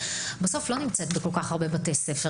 בסוף לא נמצאת בכל כך הרבה בתי ספר.